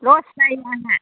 लस जायो आंहा